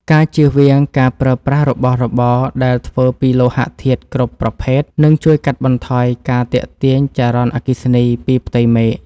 ការជៀសវាងការប្រើប្រាស់របស់របរដែលធ្វើពីលោហធាតុគ្រប់ប្រភេទនឹងជួយកាត់បន្ថយការទាក់ទាញចរន្តអគ្គិសនីពីផ្ទៃមេឃ។